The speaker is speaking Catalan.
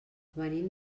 venim